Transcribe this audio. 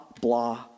blah